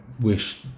wish